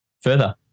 further